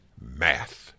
math